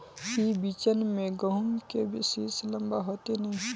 ई बिचन में गहुम के सीस लम्बा होते नय?